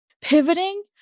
pivoting